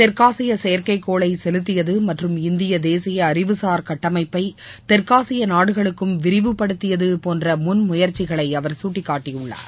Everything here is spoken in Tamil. தெற்காசிய செயற்கைகோளை செலுத்தியது மற்றும் இந்திய தேசிய அறிவுசார் கட்டமைப்பை தெற்காசிய நாடுகளுக்கும் விரிவுபடுத்தியது போன்ற முன் முயற்சிகளை அவர் சுட்டிகாட்டியுள்ளார்